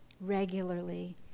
regularly